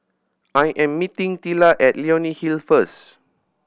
I am meeting Tilla at Leonie Hill first